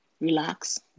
relax